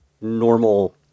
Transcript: normal